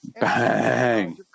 bang